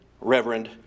Reverend